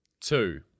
Two